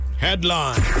headline